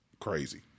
crazy